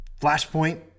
Flashpoint